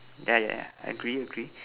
yeah yeah yeah agree agree